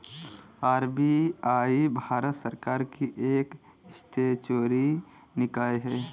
RBI Bharat सरकार की एक स्टेचुअरी निकाय है